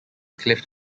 cliff